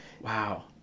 Wow